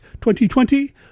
2020